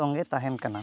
ᱛᱚᱸᱜᱮ ᱛᱟᱦᱮᱱ ᱠᱟᱱᱟ